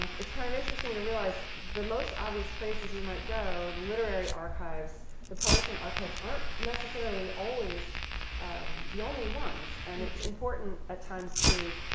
it's kind of interesting to realize the most obvious places we might go, the literary archives, the publishing archives, aren't necessarily always the only ones. and it's important at times to,